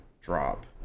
drop